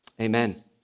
Amen